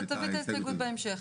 את ההסתייגות הזאת.